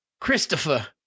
Christopher